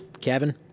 Kevin